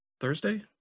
thursday